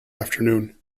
afternoon